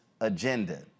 agenda